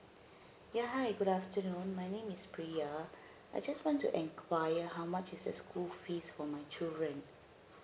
ya hi good afternoon my name is pria I just want to inquire how much is the school fees for my children